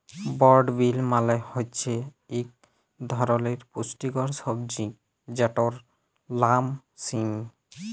বরড বিল মালে হছে ইক ধরলের পুস্টিকর সবজি যেটর লাম সিম